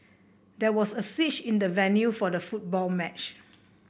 there was a switch in the venue for the football match